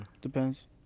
depends